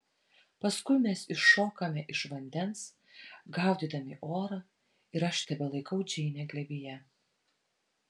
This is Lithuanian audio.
paskui mes iššokame iš vandens gaudydami orą ir aš tebelaikau džeinę glėbyje